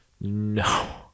no